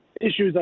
issues